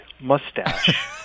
mustache